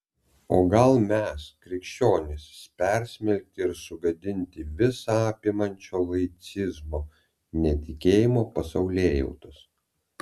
o gal mes krikščionys persmelkti ir sugadinti visa apimančio laicizmo netikėjimo pasaulėjautos